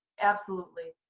absolutely.